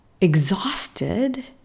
exhausted